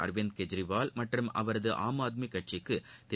அரவிந்த் கெஜ்ரிவால் மற்றும் அவரது ஆம் ஆத்மி கட்சிக்கு திரு